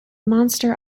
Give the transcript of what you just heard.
monster